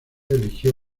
eligió